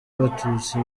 abatutsi